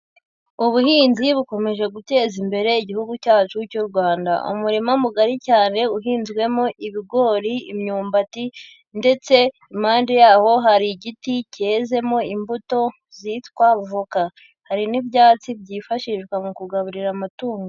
Ubuhinzi bukomeje gutezi imbere igihugu cyacu cy'u Rwanda, umurima mugari cyane uhinzwemo ibigori, imyumbati ndetse impande yabo hari igiti cyezemo imbuto zitwa voka, hari n'ibyatsi byifashishwa mu kugaburira amatungo.